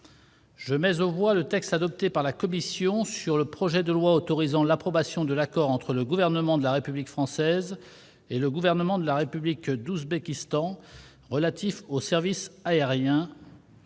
Je mets aux voix le texte adopté par la commission sur le projet de loi autorisant l'approbation de l'accord entre le Gouvernement de la République française et le Gouvernement de la République d'Ouzbékistan relatif aux services aériens,